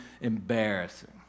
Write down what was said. embarrassing